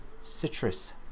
citrus